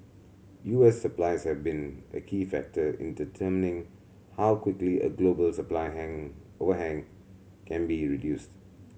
U S supplies have been a key factor in determining how quickly a global supply hang overhang can be reduced